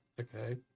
Okay